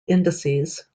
indices